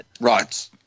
Right